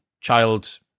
child